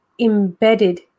embedded